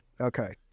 Okay